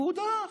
והוא דעך.